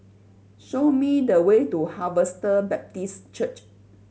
show me the way to Harvester Baptist Church